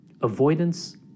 Avoidance